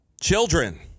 children